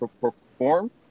perform